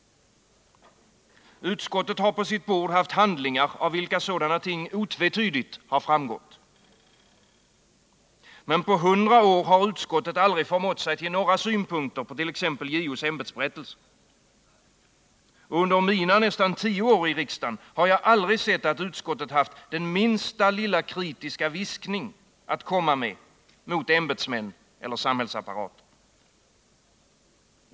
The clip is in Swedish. Utskottet har på sitt bord haft handlingar av vilka sådana ting otvetydigt framgått. Men på 100 år har utskottet aldrig förmått sig till några synpunkter påt.ex. JO:s ämbetsberättelser. Och under mina nästan tio år i riksdagen har jag aldrig hört att utskottet haft den minsta lilla kritiska viskning att komma med mot ämbetsmän eller samhällsapparater.